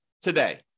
today